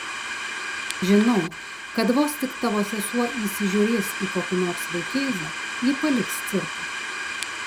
žinau kad vos tik tavo sesuo įsižiūrės į kokį nors vaikėzą ji paliks cirką